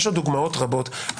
יש עוד דוגמאות רבות,